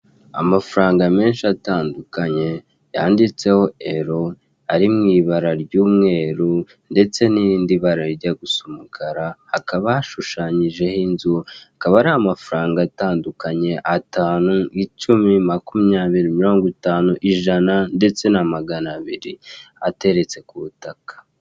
Amafaranga menshi atandukanye, yanditseho ero, ari mu ibara ry'umweru, ndetse n'irindi bara rijya gusa umukara, hakaba hashushanyijeho inzu, akaba ari amafaranga atandukanye, atanu, icumi, makumyabiri, mirongo itanu, ijana ndetse na magana abiri, ateretse ku butaka.